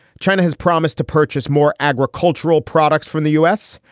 china has promised to purchase more agricultural products from the u s.